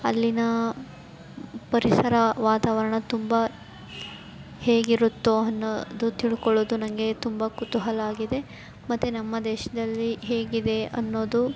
ಅಲ್ಲಿನ ಪರಿಸರ ವಾತಾವರಣ ತುಂಬ ಹೇಗಿರುತ್ತೋ ಅನ್ನೋದು ತಿಳ್ಕೊಳ್ಳೋದು ನನಗೆ ತುಂಬ ಕುತೂಹಲ ಆಗಿದೆ ಮತ್ತೆ ನಮ್ಮ ದೇಶದಲ್ಲಿ ಹೇಗಿದೆ ಅನ್ನೋದು